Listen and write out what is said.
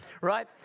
right